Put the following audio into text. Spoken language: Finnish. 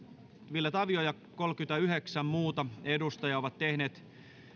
tavio ja kolmekymmentäyhdeksän muuta edustajaa ovat tehneet